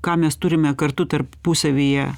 ką mes turime kartu tarpusavyje